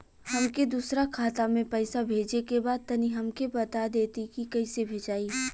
हमके दूसरा खाता में पैसा भेजे के बा तनि हमके बता देती की कइसे भेजाई?